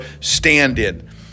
stand-in